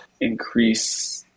increase